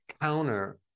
counter